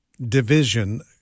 division